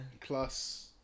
plus